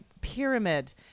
pyramid